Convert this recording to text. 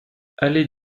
allée